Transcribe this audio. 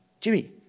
Jimmy